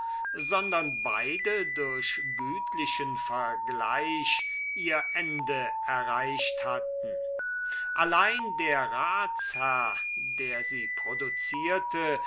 sondern beide durch gütlichen vergleich ihre endschaft erreicht hatten allein der ratsherr der sie producierte